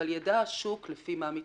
אבל יידע השוק לפי מה מתנהלים.